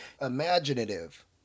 imaginative